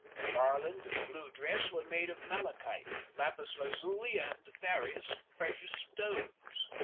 the garland and blue dress were made of malachite, lapis lazuli, and various precious stones.